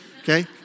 Okay